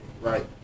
right